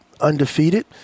undefeated